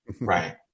Right